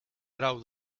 grau